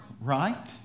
right